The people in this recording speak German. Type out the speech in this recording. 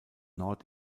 nord